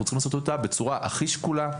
אנחנו צריכים לעשות אותה בצורה הכי שקולה,